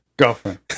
girlfriend